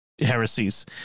Heresies